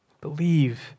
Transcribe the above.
believe